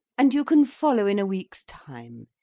and you can follow in a week's time.